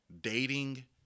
dating